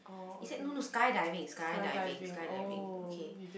is that no no skydiving skydiving skydiving okay